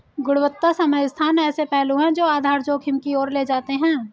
गुणवत्ता समय स्थान ऐसे पहलू हैं जो आधार जोखिम की ओर ले जाते हैं